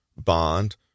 bond